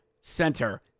Center